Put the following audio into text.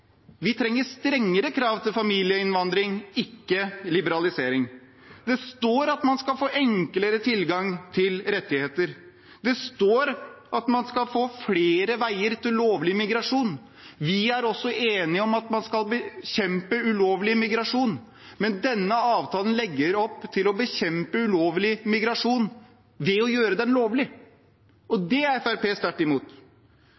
Vi trenger strengere krav til familieinnvandring, ikke liberalisering. Det står at man skal få enklere tilgang til rettigheter, det står at man skal få flere veier til lovlig migrasjon. Vi er også enige om at man skal bekjempe ulovlig migrasjon, men denne avtalen legger opp til å bekjempe ulovlig migrasjon ved å gjøre den lovlig. Det er Fremskrittspartiet sterkt imot. Og